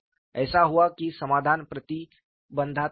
ऐसा हुआ कि समाधान प्रतिबंधात्मक था